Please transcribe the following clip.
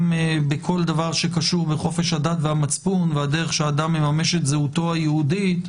בכל דבר שקשור בחופש הדת והמצפון והדרך שאדם מממש את זהותו היהודית,